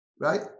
Right